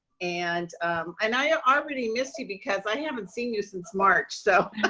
and and i ah already miss you because i haven't seen you since march. so